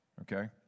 Okay